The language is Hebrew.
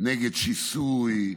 נגד שיסוי,